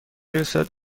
رسد